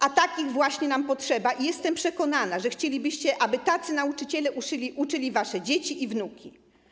A takich właśnie nam potrzeba i jestem przekonana, że chcielibyście, aby tacy nauczyciele uczyli wasze dzieci i wnuki.